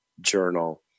journal